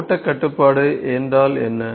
ஓட்ட கட்டுப்பாடு என்றால் என்ன